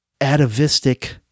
atavistic